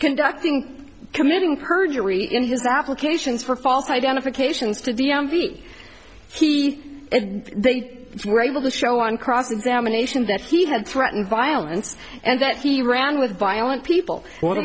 conducting committing perjury in his application for false identifications to d m v he and they were able to show on cross examination that he had threatened violence and that he ran with violent people